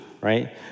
right